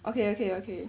okay okay okay